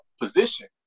position